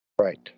Right